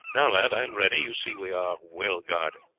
now, lad, i am ready you see we are well guarded.